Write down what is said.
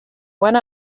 one